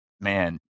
Man